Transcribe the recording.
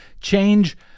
change